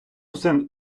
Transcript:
все